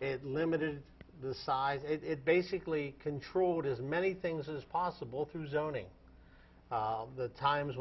it limited the size it basically controlled as many things as possible through zoning the times